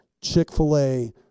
Chick-fil-A